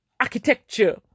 architecture